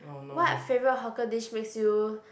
what favourite hawker dish makes you